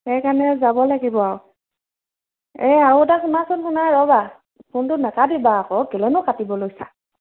সেইকাৰণে যাব লাগিব আৰু এই আৰু এটা শুনাচোন শুনা ৰ'বা ফোনটো নাকাটিবা আকৌ কেলৈনো কাটিব লৈছা